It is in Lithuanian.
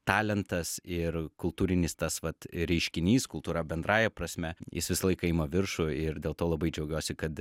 talentas ir kultūrinis tas vat reiškinys kultūra bendrąja prasme jis visą laiką ima viršų ir dėl to labai džiaugiuosi kad